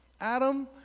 Adam